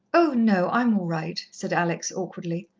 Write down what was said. oh, no, i'm all right, said alex awkwardly.